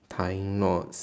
tying knots